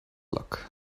luck